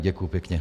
Děkuji pěkně.